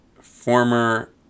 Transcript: former